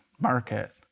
market